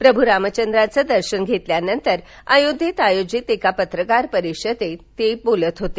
प्रभूरामांचं दर्शन घेतल्यानंतर अयोध्येत आयोजित पत्रकार परिषदेत ते बोलत होते